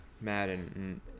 Madden